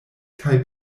kaj